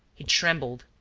he trembled.